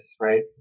right